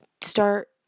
start